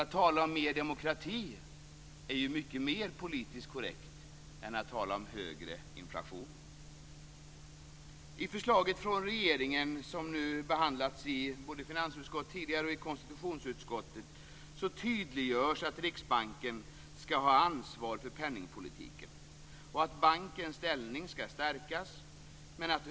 Att tala om mer demokrati är ju mycket mer politiskt korrekt än att tala om högre inflation. I förslaget från regeringen, som har behandlats i både finansutskottet tidigare och i konstitutionsutskottet, tydliggörs att Riksbanken skall ha ansvar för penningpolitiken och att bankens ställning skall stärkas.